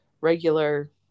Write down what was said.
regular